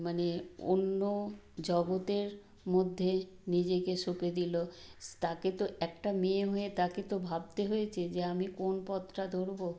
মানে অন্য জগতের মধ্যে নিজেকে সঁপে দিলো তাকে তো একটা মেয়ে হয়ে তাকে তো ভাবতে হয়েছে যে আমি কোন পথটা ধরব